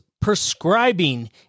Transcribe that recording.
prescribing